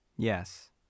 Yes